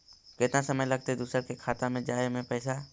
केतना समय लगतैय दुसर के खाता में जाय में पैसा?